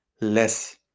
less